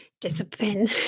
discipline